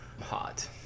hot